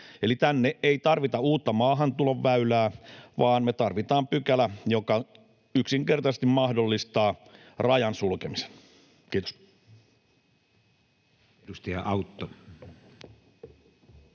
Eli tänne ei tarvita uutta maahantulon väylää, vaan me tarvitaan pykälä, joka yksinkertaisesti mahdollistaa rajan sulkemisen. — Kiitos.